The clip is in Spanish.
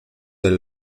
del